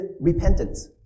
repentance